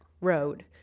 road